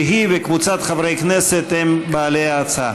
שהיא וקבוצת חברי כנסת הם בעלי ההצעה.